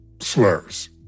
slurs